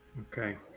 Okay